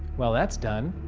well that's done.